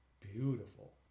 beautiful